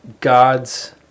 God's